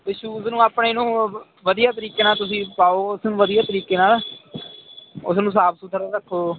shoes ਨੂੰ ਆਪਣੇ ਨੂੰ ਵਧੀਆ ਤਰੀਕੇ ਨਾਲ ਤੁਸੀਂ ਪਾਓ ਉਸਨੂੰ ਵਧੀਆ ਤਰੀਕੇ ਨਾਲ ਉਸ ਨੂੰ ਸਾਫ ਸੁਥਰਾ ਰੱਖੋ